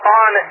on